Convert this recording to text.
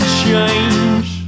change